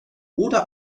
oder